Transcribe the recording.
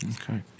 Okay